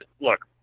look